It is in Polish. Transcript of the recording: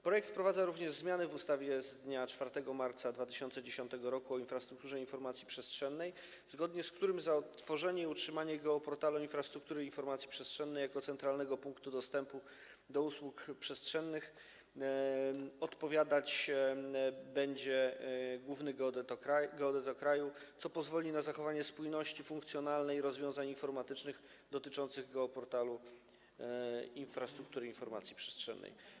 Projekt wprowadza również zmiany w ustawie z dnia 4 marca 2010 r. o infrastrukturze informacji przestrzennej, zgodnie z którymi za tworzenie i utrzymanie geoportalu infrastruktury informacji przestrzennej jako centralnego punktu dostępu do usług przestrzennych odpowiadać będzie główny geodeta kraju, co pozwoli na zachowanie spójności funkcjonalnej rozwiązań informatycznych dotyczących geoportalu infrastruktury informacji przestrzennej.